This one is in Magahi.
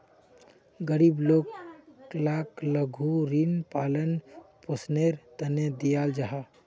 गरीब लोग लाक लघु ऋण पालन पोषनेर तने दियाल जाहा